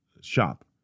shop